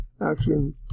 action